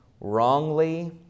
wrongly